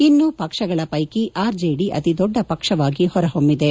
ಇನ್ನು ಪಕ್ಷಗಳ ಪ್ರಕಿ ಆರ್ ಜೆಡಿ ಅಹೀ ದೊಡ್ಡ ಪಕ್ಷವಾಗಿ ಹೊರಹೊಮ್ನದೆ